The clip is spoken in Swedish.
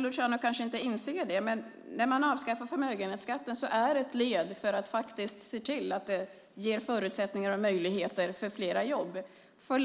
Luciano kanske inte inser att när man avskaffar förmögenhetsskatten är det ett led för att se till att vi ger förutsättningar och möjligheter för flera jobb och